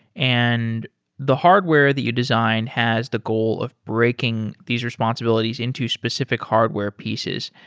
and the hardware that you design has the goal of breaking these responsibilities into specific hardware pieces,